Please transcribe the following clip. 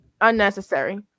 unnecessary